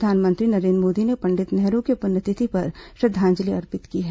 प्रधानमंत्री नरेन्द्र मोदी ने पंडित नेहरू की पुण्यतिथि पर श्रद्धांजलि अर्पित की है